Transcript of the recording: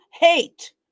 hate